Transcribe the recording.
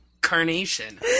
carnation